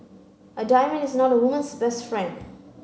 a diamond is not a woman's best friend